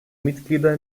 mitglieder